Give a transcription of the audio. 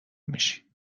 میشی